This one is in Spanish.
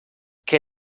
que